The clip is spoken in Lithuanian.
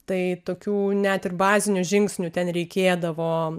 tai tokių net ir bazinių žingsnių ten reikėdavo